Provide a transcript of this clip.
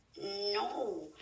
no